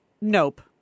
Nope